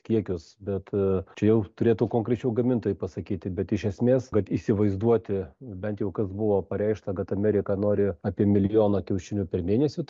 kiekius bet čia jau turėtų konkrečiau gamintojai pasakyti bet iš esmės kad įsivaizduoti bent jau kas buvo pareikšta kad amerika nori apie milijoną kiaušinių per mėnesį